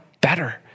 better